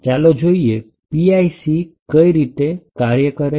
ચાલો જોઈએ PIC કઈ રીતે ચાલે છે